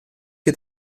che